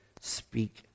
speak